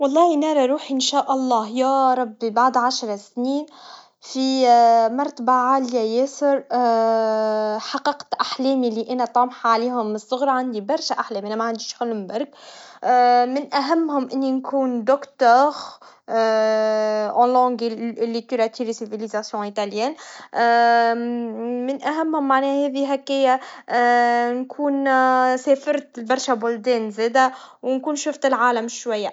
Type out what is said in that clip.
بعد عشر سنوات، نحب نكون عندي مشروع خاص بي. نحب نحقق أحلامي ونبني مستقبلي. زادة، نحب نكون محاط بأفراد عائلتي وأصدقائي، ونعيش لحظات مليانة سعادة. التطور الشخصي والمهني هو الهدف.